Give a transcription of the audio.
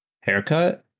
haircut